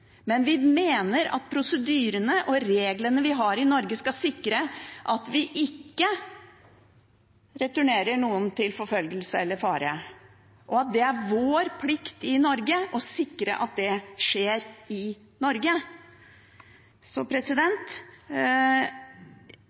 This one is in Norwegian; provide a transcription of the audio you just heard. men vi mener at prosedyrene og reglene vi har i Norge, skal sikre at vi ikke returnerer noen til forfølgelse eller fare, og at det er vår plikt å sikre at det skjer i Norge.